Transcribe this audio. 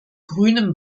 grünem